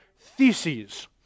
theses